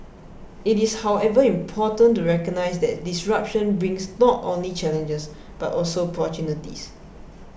it is however important to recognise that disruption brings not only challenges but also opportunities